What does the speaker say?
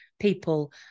people